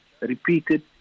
repeated